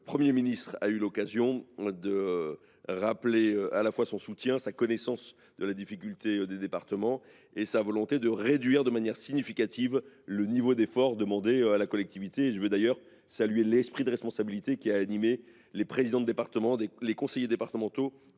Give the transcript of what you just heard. Premier ministre a eu l’occasion de rappeler à la fois son soutien aux élus, sa connaissance de la difficulté des départements et sa volonté de réduire de manière significative le niveau d’efforts demandés aux collectivités. Qu’il me soit permis de saluer l’esprit de responsabilité qui a animé les présidents de département et les conseillers départementaux